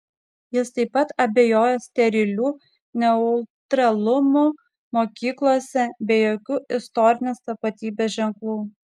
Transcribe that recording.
jis taip pat abejojo steriliu neutralumu mokyklose be jokių istorinės tapatybės ženklų